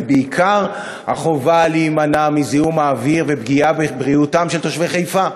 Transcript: ובעיקר החובה להימנע מזיהום האוויר ומפגיעה בבריאותם של תושבי חיפה.